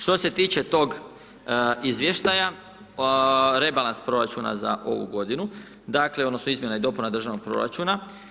Što se tiče tog izvještaja rebalans proračuna za ovu godinu, dakle, odnosno izmjena i dopuna državnog proračuna.